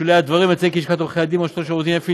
בשולי הדברים אציין כי לשכת עורכי הדין בראשותו של עורך דין אפי